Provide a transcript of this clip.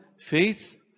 faith